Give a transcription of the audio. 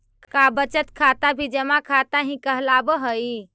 का बचत खाता भी जमा खाता ही कहलावऽ हइ?